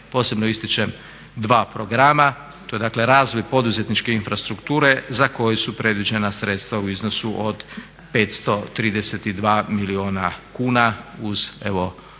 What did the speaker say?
posebno ističem dva programa. To je dakle razvoj poduzetničke infrastrukture za koju su predviđena sredstva u iznosu od 532 milijuna kuna uz evo